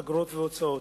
אגרות והוצאות.